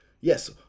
Yes